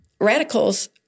radicals